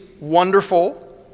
wonderful